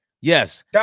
yes